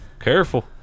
careful